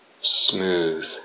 Smooth